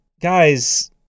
guys